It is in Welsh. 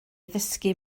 ddysgu